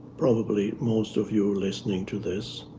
probably most of you listening to this.